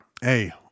Hey